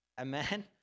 Amen